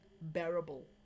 bearable